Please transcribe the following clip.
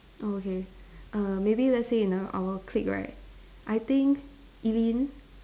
oh okay err maybe let's say in err our clique right I think Eileen